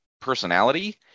personality